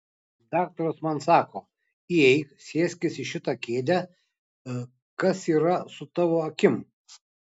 daktaras man sako įeik sėskis į šitą kėdę kas yra su tavo akim